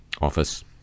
Office